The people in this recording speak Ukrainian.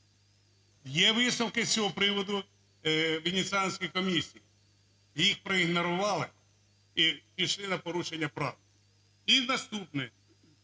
Є висновки з цього приводу Венеціанської комісії ви їх проігнорували і ішли на порушення прав. І наступне.